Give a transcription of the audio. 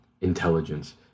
Intelligence